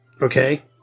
Okay